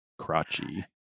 crotchy